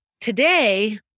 Today